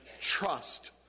trust